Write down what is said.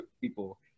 people